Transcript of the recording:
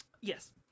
Yes